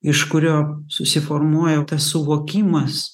iš kurio susiformuoja suvokimas